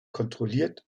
kontrolliert